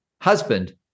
Husband